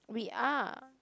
we are